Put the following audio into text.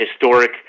historic